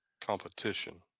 competition